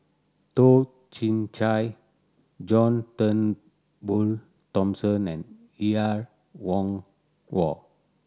Toh Chin Chye John Turnbull Thomson and Er Kwong Wah